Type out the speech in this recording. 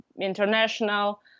international